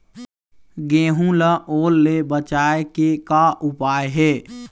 गेहूं ला ओल ले बचाए के का उपाय हे?